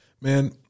man